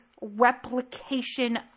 replication